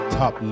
top